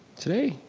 today?